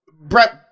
Brett